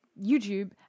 YouTube